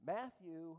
Matthew